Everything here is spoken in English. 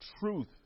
truth